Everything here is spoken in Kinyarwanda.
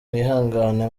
mwihangane